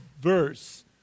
verse